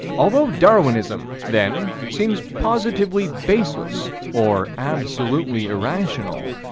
although darwinism, then, seems positively baseless, or absolutely irrational,